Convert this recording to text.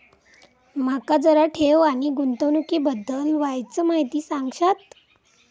माका जरा ठेव आणि गुंतवणूकी बद्दल वायचं माहिती सांगशात?